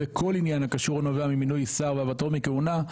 לגבי כל עניין הקשור הנובע ממינוי שר בהעברתו מכהונה,